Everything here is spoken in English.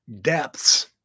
depths